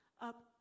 up